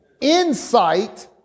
Insight